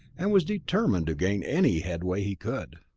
and was determined to gain any headway he could.